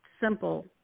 simple